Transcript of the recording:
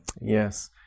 Yes